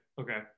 okay